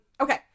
Okay